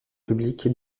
publique